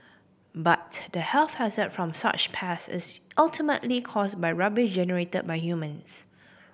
but the health hazard from such pests ultimately caused by rubbish generated by humans